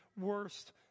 worst